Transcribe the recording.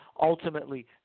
ultimately